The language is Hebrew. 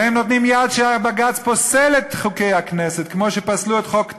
והם נותנים יד כשבג"ץ פוסל את חוקי הכנסת כמו שפסלו את חוק טל.